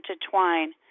intertwine